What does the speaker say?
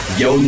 yo